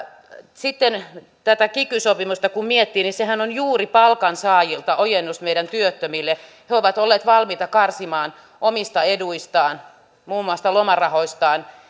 sitten tätä kiky sopimusta kun miettii niin sehän on juuri palkansaajilta ojennus meidän työttömille kun he ovat olleet valmiita karsimaan omista eduistaan muun muassa lomarahoistaan